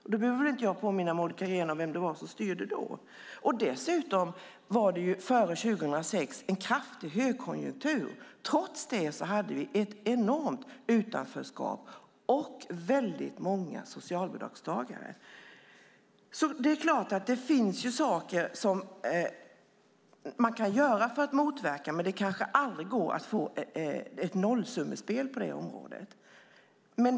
Jag behöver väl inte påminna Monica Green om vem det var som då styrde. Dessutom var det före år 2006 en kraftig högkonjunktur. Trots det hade vi ett enormt utanförskap och väldigt många socialbidragstagare. Det är klart att det finns saker som kan göras för att motverka här, men kanske går det aldrig att få ett nollsummespel på området.